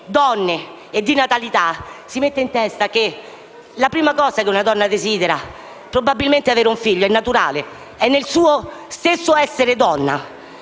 donne e di natalità, si mettesse in testa che la prima cosa che una donna desidera è probabilmente avere un figlio. È naturale; è nel suo stesso essere donna